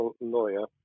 lawyer